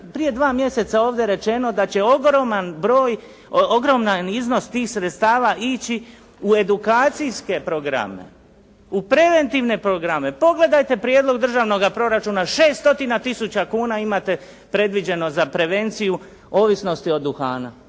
prije dva mjeseca ovdje rečeno da će ogroman iznos tih sredstava ići u edukacijske programe, u preventivne programe. Pogledajte prijedlog državnoga proračuna 600 tisuća kuna imate predviđeno za prevenciju ovisnosti od duhana.